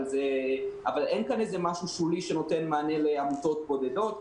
אבל אין כאן משהו שולי שנותן מענה לעמותות בודדות.